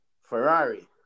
Ferrari